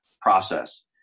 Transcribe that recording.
process